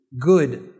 good